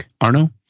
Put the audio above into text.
Arno